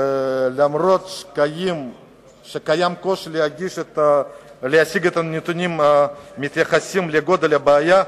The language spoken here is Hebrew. אף שיש קושי להשיג את הנתונים המתייחסים לגודל הבעיה,